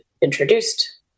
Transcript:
introduced